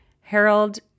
Harold